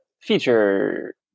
feature